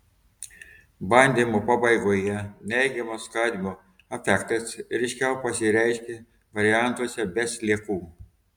bandymo pabaigoje neigiamas kadmio efektas ryškiau pasireiškė variantuose be sliekų